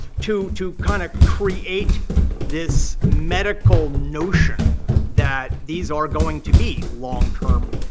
to to kind of create this medical notion that these are going to be long-term